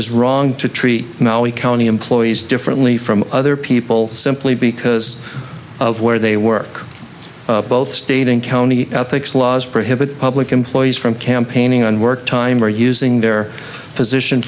is wrong to treat molly county employees differently from other people simply because of where they work both state and county ethics laws prohibit public employees from campaigning on work time or using their position